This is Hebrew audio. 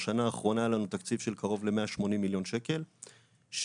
בשנה האחרונה היה לנו תקציב של קרוב ל-180 מיליון שקל שרובו